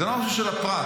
זה לא משהו של הפרט.